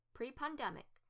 Pre-pandemic